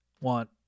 want